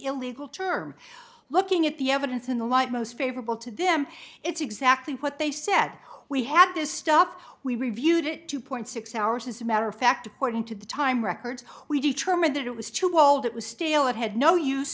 illegal term looking at the evidence in the light most favorable to them it's exactly what they said we had this stuff we reviewed it two point six hours as a matter of fact according to the time records we determined that it was too cold it was stale it had no use